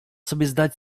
zdać